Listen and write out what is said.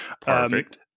Perfect